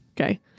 okay